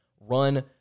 Run